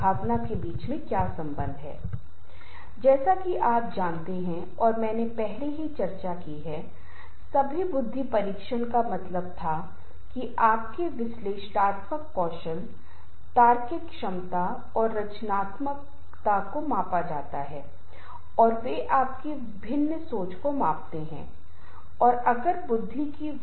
वास्तव में कई प्रकार के संघर्ष हैं जिन्हे मैं जल्दी से अपनी चर्चा के लिए बताऊंगा हमारी चर्चा की सुविधा ये ५ प्रकार हैं पहले इंट्रापर्सनल है और फिर हमारे पास इंटरपर्सनल इंट्राग्रुप इंटरग्रुप अंतर्राष्ट्रीय संघर्ष है